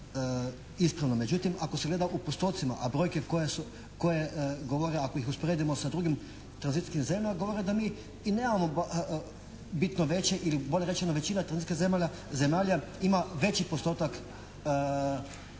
međutim ako se gleda u postocima a brojke koje govore ako ih usporedimo sa drugim tranzicijskim zemljama govore da mi i nemamo bitno veće ili bolje rečeno većina tranzicijskih zemalja